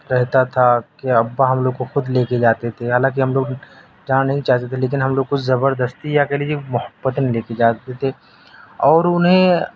رہتا تھا کہ ابا ہم لوگ کو خود لے کے جاتے تھے حالانکہ ہم لوگ جانا نہیں چاہتے تھے لیکن ہم لوگ کو زبردستی یا پھر کہہ لیجیے محبت میں لے کے جاتے تھے اور انہیں